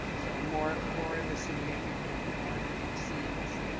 so more, more in the significant, more in the exceeds,